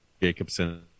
Jacobson